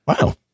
Wow